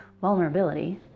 vulnerability